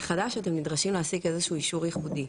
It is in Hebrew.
מחדש אתם נדרשים להשיג איזשהו אישור ייחודי,